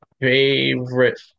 Favorite